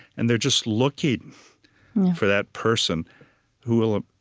and they're just looking for that person who will